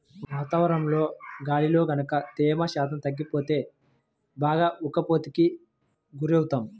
వాతావరణంలోని గాలిలో గనక తేమ శాతం తగ్గిపోతే బాగా ఉక్కపోతకి గురవుతాము